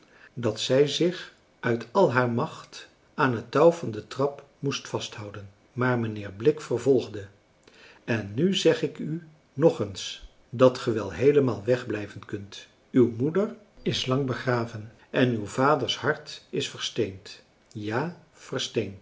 dat zij zich uit al haar macht aan het touw van de trap moest vasthouden maar mijnheer blik vervolgde en nu zeg ik u nog eens dat ge wel heelemaal wegblijven kunt uw moeder is lang begraven en uw vaders hart is versteend ja